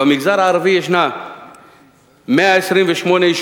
במגזר הערבי יש 128 יישובים,